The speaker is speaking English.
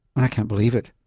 i can't believe it,